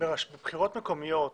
בבחירות מקומיות,